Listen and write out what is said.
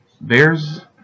Bears